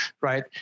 right